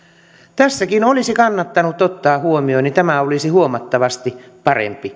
tässäkin olisi kannattanut ottaa huomioon niin tämä asia olisi huomattavasti parempi